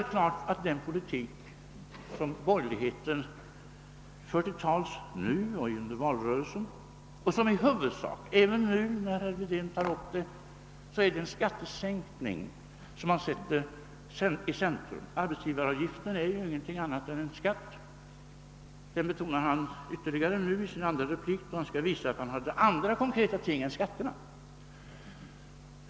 I den politik, som borgerligheten har fört till torgs nu och under valrörelsen och som herr Wedén i huvudsak tog upp även nu, sätts skattesänkningar i centrum. Arbetsgivaravgiften är ju ingenting annat än en skatt — det betonade han ytterligare i sin andra replik då han skulle visa att han hade andra konkreta ting att komma med.